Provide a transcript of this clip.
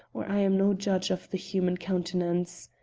or i am no judge of the human countenance.